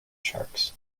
sharks